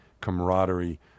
camaraderie